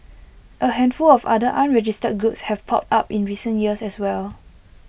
A handful of other unregistered groups have popped up in recent years as well